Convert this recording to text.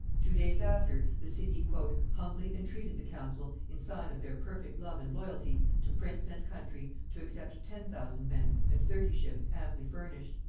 two days after, the city humbly intreated the council, in sign of their perfect love and loyalty, to prince and country, to accept ten thousand men and thirty ships amply furnished.